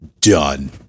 done